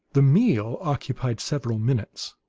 the meal occupied several minutes.